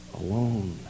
Alone